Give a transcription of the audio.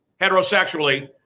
heterosexually